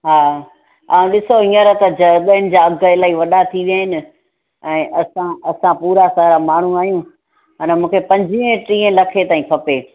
हा ऐं ॾिसो हींअर त जॻहियुनि जा अघु इलाही वॾा थी विया आहिनि ऐं असां असां पूरा सारा माण्हू आहियूं अने मूंखे पंजवीह टीह लख ताईं खपे